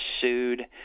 sued